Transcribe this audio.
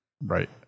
Right